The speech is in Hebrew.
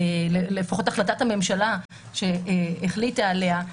לפחות החלטת הממשלה שהחליטה עליה,